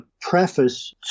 preface